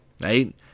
Right